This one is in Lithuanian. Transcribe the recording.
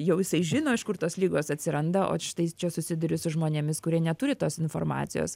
jau jisai žino iš kur tos ligos atsiranda o štai čia susiduri su žmonėmis kurie neturi tos informacijos